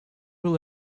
will